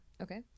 Okay